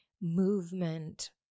movement